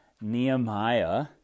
Nehemiah